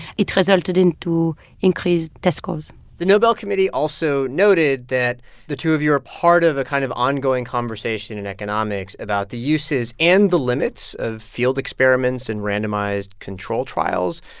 it resulted into increased discourse the nobel committee also noted that the two of you are part of a kind of ongoing conversation in economics about the uses and the limits of field experiments and randomized control trials.